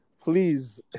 Please